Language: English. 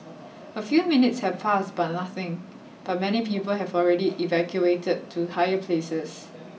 a few minutes have passed but nothing but many people have already evacuated to higher places